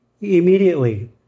immediately